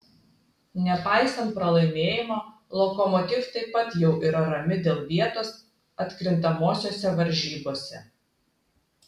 nepaisant pralaimėjimo lokomotiv taip pat jau yra rami dėl vietos atkrintamosiose varžybose